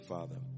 Father